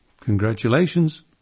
congratulations